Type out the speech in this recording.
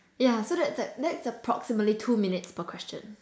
yeah so that's like that's approximately two minutes per question